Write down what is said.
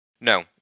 No